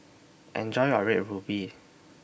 Enjoy your Red Ruby